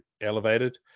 elevated